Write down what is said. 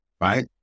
right